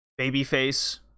babyface